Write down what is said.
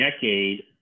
decade